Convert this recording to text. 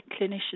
clinicians